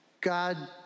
God